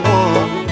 one